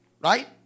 Right